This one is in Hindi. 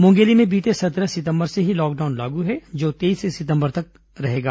मुंगेली में बीते सत्रह सितंबर से ही लॉकडाउन लागू है जो तेईस सितंबर तक रहेगा